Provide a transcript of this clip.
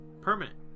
Permanent